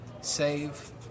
save